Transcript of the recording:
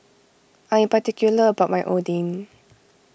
I am particular about my Oden